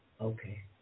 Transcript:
okay